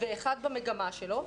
ואחד במגמה שלו,